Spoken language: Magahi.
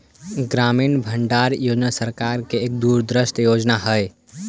ग्रामीण भंडारण योजना सरकार की एक दूरदर्शी योजना हई